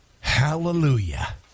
Hallelujah